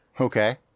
Okay